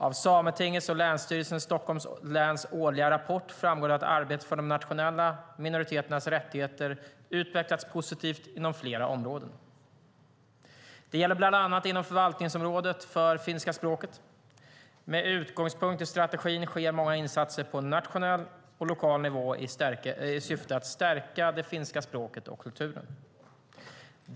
Av Sametingets och Länsstyrelsen i Stockholm läns årliga rapport framgår att arbetet för de nationella minoriteternas rättigheter utvecklats positivt inom flera områden. Det gäller bland annat inom förvaltningsområdet för finska språket. Med utgångspunkt i strategin sker många insatser på nationell och lokal nivå i syfte att stärka finska språket och kulturen.